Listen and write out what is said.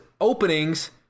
openings